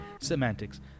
semantics